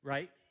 Right